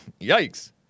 yikes